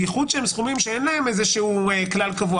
בייחוד שהם סכומים שאין להם איזה כלל קבוע,